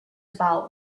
about